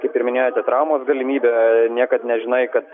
kaip ir minėjote traumos galimybė niekad nežinai kad